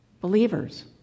believers